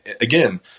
again